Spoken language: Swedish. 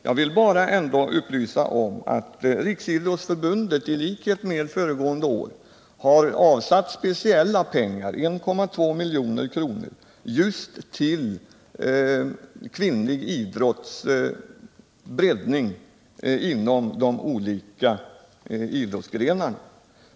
Jag vill bara upplysa om att Riksidrottsförbundet i likhet med föregående år har avsatt speciella pengar, 1,2 milj.kr., just till kvinnlig idrotts breddning inom olika idrottsgrenar.